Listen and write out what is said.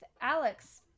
alex